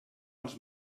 els